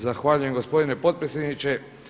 Zahvaljujem gospodine potpredsjedniče.